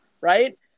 right